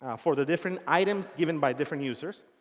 for the different items given by different users.